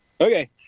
Okay